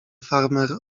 farmer